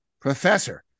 professor